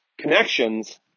connections